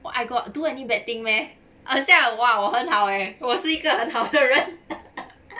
what I got do any bad thing meh 很像哇我很好诶我是一个很好的人